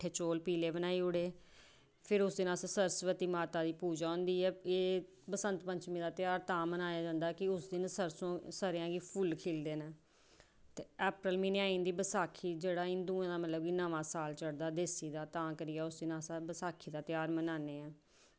मिट्ठे चौल पीले बनाई ओड़े फि्र उस दिन अस सरस्वती माता दी पूजा होंदी ऐ एह् बसंतपंचमी दा ते उस दिन सरेआं दे फुल्ल खिल्लदे न ते अप्रैल म्हीनै आई जंदी बैसाखी जेह्ड़ा की हिंदुएं दा नमां साल चढ़दा ते तां करियै उस दिन अस बैसाखी दी ध्यार मनान्ने आं